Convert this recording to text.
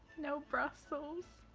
no brussels.